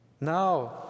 Now